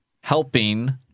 helping